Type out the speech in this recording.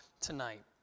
tonight